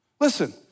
Listen